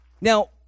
Now